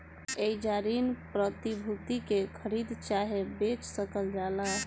एइजा ऋण प्रतिभूति के खरीद चाहे बेच सकल जाला